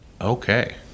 Okay